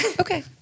Okay